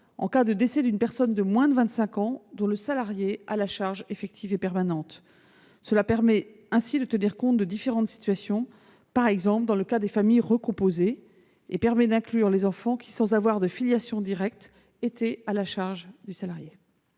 également d'une personne de moins de 25 ans dont le salarié a la charge effective et permanente. Cette disposition permet ainsi de tenir compte de différentes situations, par exemple dans le cas des familles recomposées, et d'inclure les enfants qui, sans avoir de filiation directe, étaient à la charge du salarié.